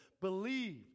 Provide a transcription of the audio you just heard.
believed